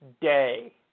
day